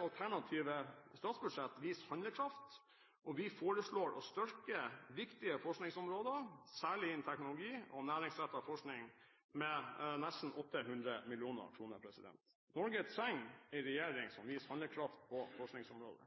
alternative statsbudsjett viser handlekraft, og vi foreslår å styrke viktige forskningsområder – særlig innen teknologi og næringsrettet forskning – med nesten 800 mill. kr. Norge trenger en regjering som viser handlekraft på forskningsområdet.